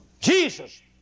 Jesus